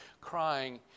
crying